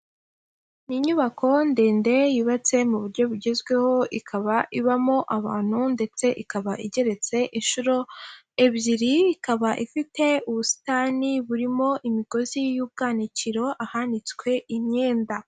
Ni inyubako ndende yubatse mu buryo bugezweho ikaba ibamo abantu ndetse ikaba igeretse inshuro ebyiri, ikaba ifite ubusitani burimo imigozi y'ubwanikiro ahanitswe imyenda.